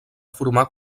formar